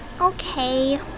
okay